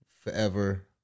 Forever